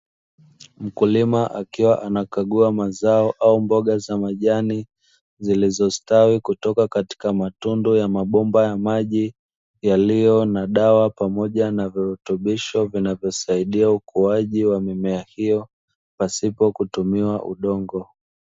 Mkulima akiwa anakagua mazao au mboga za majani zilizostawi kutoka katika matundu ya mabomba ya maji yaliyo na dawa pamoja na virutubisho vinavyosaidia ukuaji wa mimea hiyo, pasipo kutumiwa udongo.